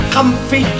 Comfy